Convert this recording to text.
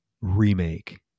remake